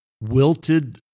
wilted